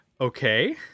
Okay